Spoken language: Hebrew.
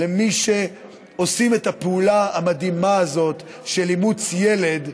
למי שעושים את הפעולה המדהימה הזאת של אימוץ ילד,